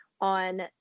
on